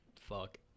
fuck